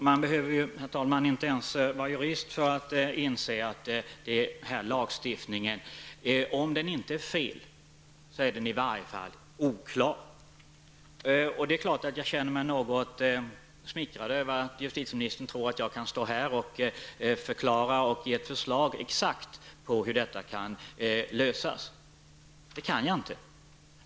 Herr talman! Man behöver inte ens vara jurist för att inse att lagstiftningen, om den inte är fel, i varje fall är oklar. Det är klart att jag känner mig något smickrad över att justitieministern tror att jag kan stå här och förklara och ge ett förslag på hur detta exakt kan lösas. Det kan jag inte.